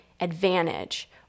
advantage